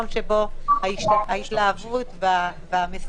הוסבר לנו שיש שם פרוצדורה די מורכבת וארוכה של העברת